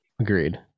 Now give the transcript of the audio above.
Agreed